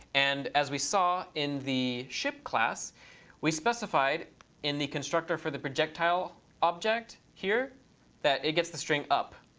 and as we saw in the ship class we specified in the constructor for the projectile object here that it gets the string up,